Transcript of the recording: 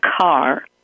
car